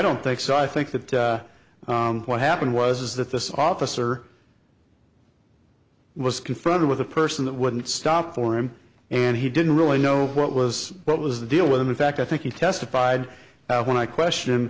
don't think so i think that what happened was that this officer was confronted with a person that wouldn't stop for him and he didn't really know what was what was the deal with him in fact i think he testified when i question